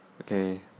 Okay